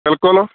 ਬਿਲਕੁਲ